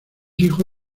hijo